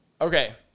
Okay